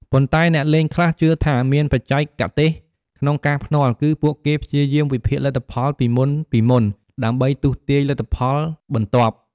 ប៉ុន្តែអ្នកលេងខ្លះជឿថាមានបច្ចេកទេសក្នុងការភ្នាល់គឺពួកគេព្យាយាមវិភាគលទ្ធផលពីមុនៗដើម្បីទស្សន៍ទាយលទ្ធផលបន្ទាប់។